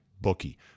bookie